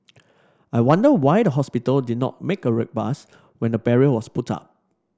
I wonder why the hospital did not make a ruckus when the barrier was put up